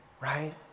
right